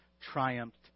Triumphed